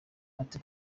ati